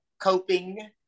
coping